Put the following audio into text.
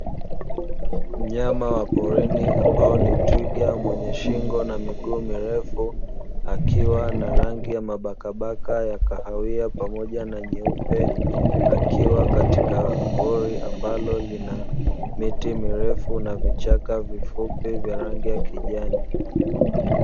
Mnyama wa porini ambaye ni twiga mwenye shingo na miguu mirefu akiwa na rangi ya mabakabaka ya kahawia pamoja na meupe akiwa katika pori ambalo lina miti mirefu na vichaka vifupi vya rangi ya kijani.